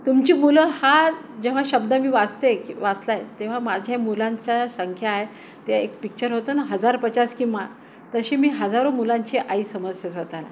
तुमची मुलं हा जेव्हा शब्द मी वाचतेय की वाचलाय तेव्हा माझ्या मुलांचा संख्या आ आहे ते एक पिक्चर होतं ना हजार पच्चासी कि माँ तशी मी हजारो मुलांची आईसमजते स्व तःला